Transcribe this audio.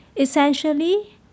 Essentially